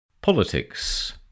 Politics